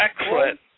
Excellent